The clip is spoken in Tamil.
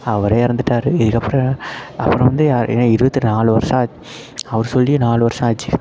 அவரும் இறந்துட்டாரு இதுக்கப்புறம் அப்புறம் வந்து ஏன்னால் இருபத்தி நாலு வருஷம் ஆச் அவரு சொல்லியே நாலு வருஷம் ஆச்சு